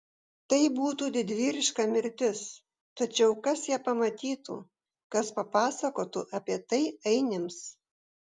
tai būtų didvyriška mirtis tačiau kas ją pamatytų kas papasakotų apie tai ainiams